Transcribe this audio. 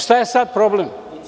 Šta je sada problem?